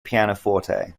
pianoforte